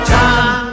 time